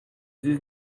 dix